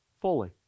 fully